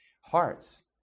hearts